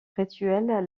rituelles